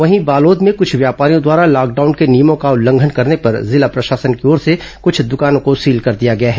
वहीं बालोद में कुछ व्यापरियों द्वारा लॉकडाउन के नियमों का उल्लंघन करने पर जिला प्रशासन की ओर से कुछ दुकानों को सीले कर दिया गया है